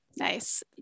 Nice